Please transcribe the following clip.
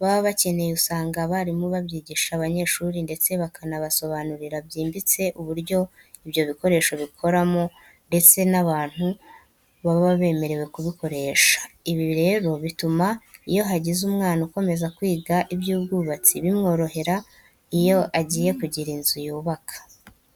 baba bakeneye usanga abarimu babyigisha abanyeshuri ndetse bakanabasobanurira byimbitse uburyo ibyo bikoresho bikoramo ndetse n'abantu baba bemerewe kubikoresha. Ibi rero bituma iyo hagize umwana ukomeza kwiga iby'ubwubatsi bimworohera iyo agiye kugira inzu yubaka.